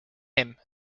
him